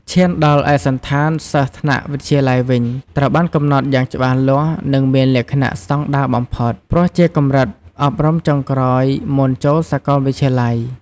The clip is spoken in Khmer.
ឈានដល់ឯកសណ្ឋានសិស្សថ្នាក់វិទ្យាល័យវិញ ត្រូវបានកំណត់យ៉ាងច្បាស់លាស់ និងមានលក្ខណៈស្តង់ដារបំផុត ព្រោះជាកម្រិតអប់រំចុងក្រោយមុនចូលសាកលវិទ្យាល័យ។